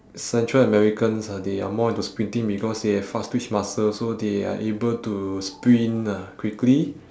central americans uh they are more into sprinting because they have fast twitch muscles so they are able to sprint uh quickly